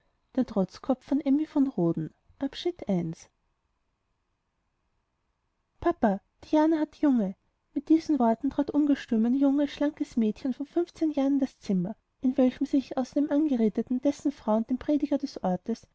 hirsch papa diana hat junge mit diesen worten trat ungestüm ein junges schlankes mädchen von fünfzehn jahren in das zimmer in welchem sich außer dem angeredeten dessen frau und dem prediger des ortes